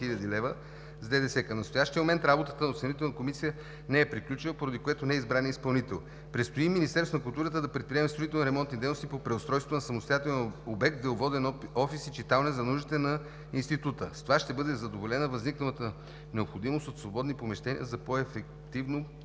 хил. лв. с ДДС. Към настоящия момент работата на Оценителната комисия не е приключила, поради което не е избран и изпълнител. Предстои Министерството на културата да предприеме строително-ремонти дейности по преустройството на самостоятелен обект, деловоден офис и читалня за нуждите на Института. С това ще бъде задоволена възникналата необходимост от свободни помещения за по ефективно